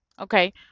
okay